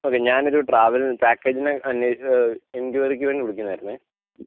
അതെ ഞാനൊരു ട്രാവല് പാക്കേജിനെ അന്വേഷിക്കാൻ ഇന്ക്വയറിക്ക് വേണ്ടി വിളിക്കുന്നത് ആയിരുന്നു